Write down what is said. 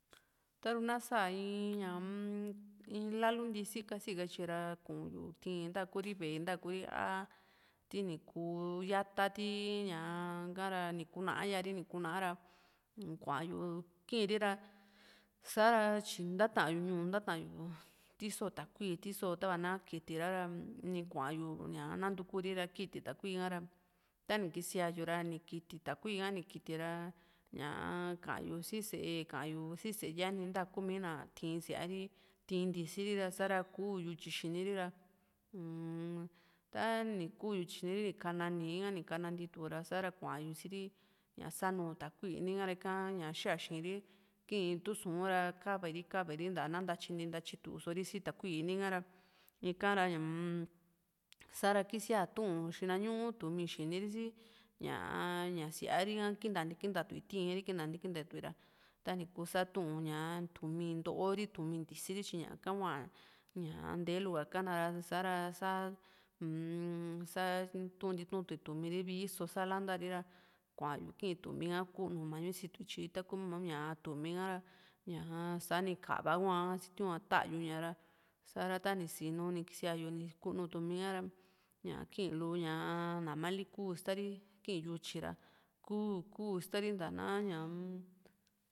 taru na sa in lalu ntisi kasi katyi ra in ñaa-m in lalu ntisi kasí katyiyu ra kuuyu ti ntakuri veentakuri ra a titii ni kú yata a ti ña´ha ra nikuna íyari ni kúnaa ra kun´yu kiiri ra sa´ra tyi ntata yu ñuu ntatayu tíso takui tíso tava na kiti ra ni kua´yú nantukuri ra kiti takui ha ra tani kisiayu ra ni kíti takui ha ni kiti ra ñaa kayú sí sée kaayu si sée yáni ntakumi na tiin síaari tiin ntísi ri ra sa´ra kuu yutyi xini ri ra uum tani kú yutyi xini ri ni ka´na nii ha ni kana ntitura sa´ra kuayu siri sanúu takui ika xaxiri kii in tusu ra kava iri kava iri ntana ntayinti ntatyi ntitisó risi takui ini ka ra ika ra ñaa-m sa´ra kisia tuu xina ñuu tumí xini ri si ña síari ka kintanti kintatu´i tiiri kintanti kintatu´i ra sa tuun ña tumí ntóri tumí ntísiri tyi ñaka hua nteelu ha kana ra sa´ra sa uu-m sá tunti tutu´i tumíri vii só sa lanta ri ra kua´yu kii tumí ha kunu mañu situ yu tyi taku ña tumí ka´ra ñaa sa´ni ka´va hua sitiu´n ta´yuña ra sa´ra ta ni sinu ni kisia yu ni kúnu túmi ka ra ñaa kilu nma li ku istari kii yutyi ra ku ku istari nta na ñaa